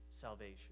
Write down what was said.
salvation